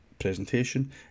presentation